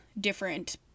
different